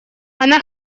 она